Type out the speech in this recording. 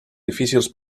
difícils